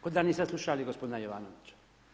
Ko da niste slušali gospodina Jovanovića.